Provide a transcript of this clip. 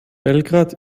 belgrad